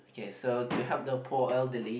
K so to help the poor elderly